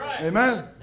Amen